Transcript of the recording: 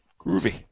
Groovy